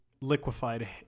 liquefied